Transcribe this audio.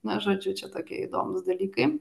na žodžiu čia tokie įdomūs dalykai